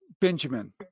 Benjamin